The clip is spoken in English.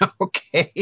okay